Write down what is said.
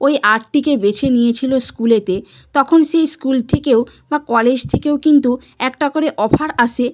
ওই আর্টটিকে বেছে নিয়েছিল স্কুলেতে তখন সেই স্কুল থেকেও বা কলেজ থেকেও কিন্তু একটা করে অফার আসে